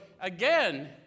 again